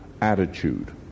attitude